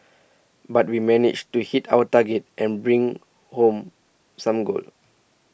but we managed to hit our target and bring home some gold